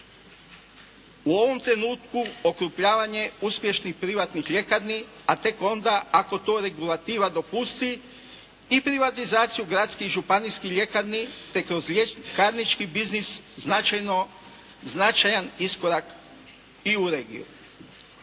U ovom trenutku okrupnjavanje uspješnih privatnih ljekarni, a tek onda ako to regulativa dopusti i privatizaciju gradskih i županijskih ljekarni te kroz ljekarnički biznis značajan iskorak i u regiju.